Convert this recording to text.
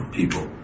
people